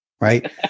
right